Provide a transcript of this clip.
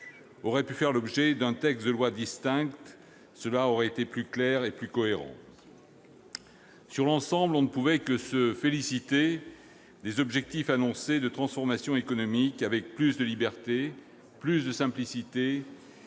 auraient pu faire l'objet d'un texte distinct ; cela aurait été plus clair et plus cohérent. Sur l'ensemble, on ne pouvait que se féliciter des objectifs annoncés de transformation économique avec plus de liberté, de simplicité